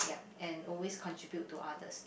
and always contribute to others